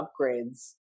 upgrades